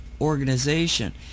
organization